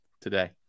today